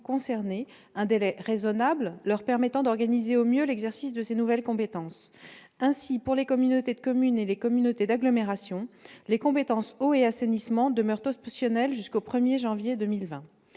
concernés un délai raisonnable, leur permettant d'organiser au mieux l'exercice de ces nouvelles compétences. Ainsi, pour les communautés de communes et les communautés d'agglomération, les compétences « eau » et « assainissement » demeurent optionnelles jusqu'au 1 janvier 2020.